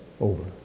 over